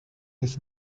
his